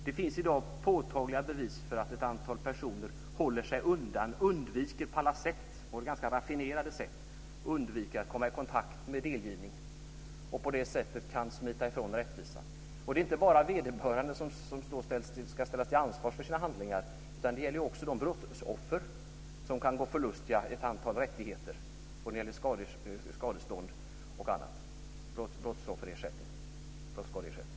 Det finns i dag påtagliga bevis för att ett antal personer håller sig undan och på alla sätt - och det är ganska raffinerade sätt - undviker att komma i kontakt med delgivning. På det sättet kan de smita ifrån rättvisan. Här handlar det inte bara om vederbörande som ska ställas till ansvar för sina handlingar, utan det gäller också de brottsoffer som kan gå förlustiga ett antal rättigheter, skadestånd, brottsskadeersättning och annat.